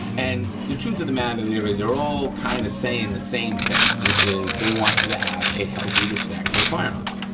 and the truth of the matter here is they're all kinda kind of saying the same thing, which is they want you to have a healthy respect for firearms.